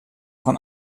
fan